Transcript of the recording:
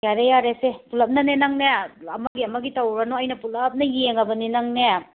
ꯌꯥꯔꯦ ꯌꯥꯔꯦ ꯁꯦ ꯄꯨꯂꯞꯅꯅꯦ ꯅꯪꯅꯦ ꯑꯃꯒꯤ ꯑꯃꯒꯤ ꯇꯧꯔꯨꯔꯅꯨ ꯑꯩꯅ ꯄꯨꯂꯞꯀꯤ ꯌꯦꯡꯉꯕꯅꯤ ꯅꯪꯅꯦ